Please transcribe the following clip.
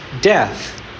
death